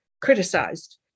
criticized